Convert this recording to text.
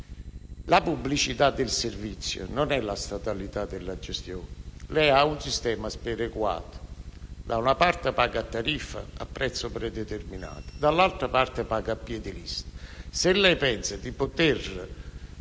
La pubblicità del servizio non è la statalità della gestione. Lei ha un sistema sperequato: da una parte paga a tariffa, a prezzo prederminato e, dall'altra, paga a piè di lista.